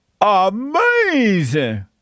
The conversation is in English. Amazing